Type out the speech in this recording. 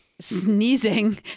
sneezing